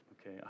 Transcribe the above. okay